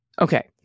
Okay